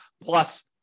plus